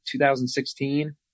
2016